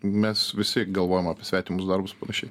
mes visi galvojom apie svetimus darbus panašiai